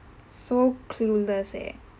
so clueless eh